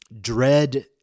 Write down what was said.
dread